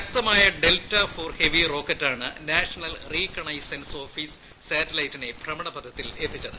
ശക്തമായ Delta four Heavy റോക്കറ്റാണ് National Reconnaissance Office സാറ്റലൈറ്റിനെ ഭ്രമണപഥത്തിൽ എത്തിച്ചത്